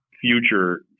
future